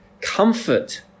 comfort